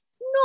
No